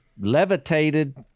levitated